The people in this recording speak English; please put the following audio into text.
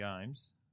games